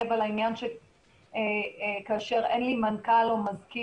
להתעכב מה קורה כאשר אין לי מנכ"ל או מזכיר.